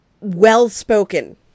well-spoken